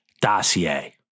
dossier